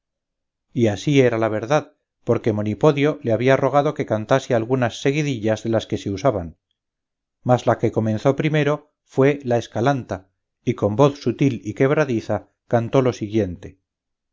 y así era la verdad porque monipodio le había rogado que cantase algunas seguidillas de las que se usaban mas la que comenzó primero fue la escalanta y con voz sutil y quebradiza cantó lo siguiente